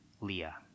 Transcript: Leah